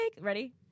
ready